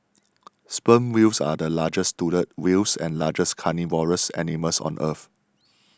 sperm whales are the largest toothed whales and largest carnivorous animals on earth